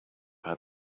had